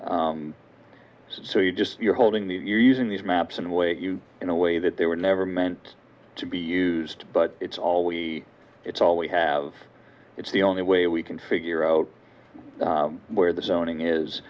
know so you just you're holding the you using these maps and way you in a way that they were never meant to be used but it's all we it's all we have it's the only way we can figure out where the zoning is